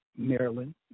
Maryland